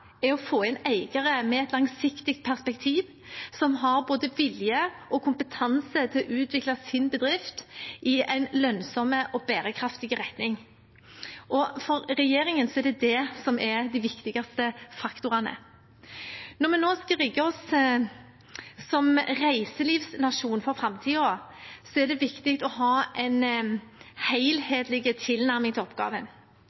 er å få inn eiere med et langsiktig perspektiv og både vilje og kompetanse til å utvikle sin bedrift i en lønnsom og bærekraftig retning. Det er de viktigste faktorene for regjeringen. Når vi nå skal rigge oss som en reiselivsnasjon for framtiden, er det viktig å ha en